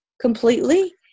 completely